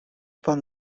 pan